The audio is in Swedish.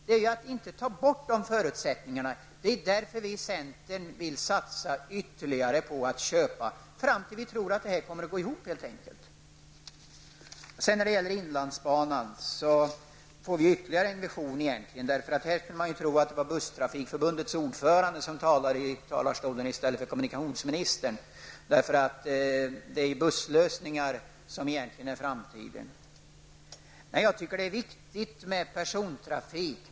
Det gäller att inte ta bort förutsättningarna, och det är därför som vi i centern vill satsa mer på att köpa till dess att det enligt vår åsikt helt enkelt kommer att gå ihop. När det gäller inlandsbanan får vi egentligen ytterligare en vision. Här kunde man tro att det var busstrafikförbundets ordförande som stod i talarstolen i stället för kommunikationsministern, eftersom det i själva verket tycks vara busslösningar som gäller i framtiden. Jag tycker att det är viktigt med persontrafik.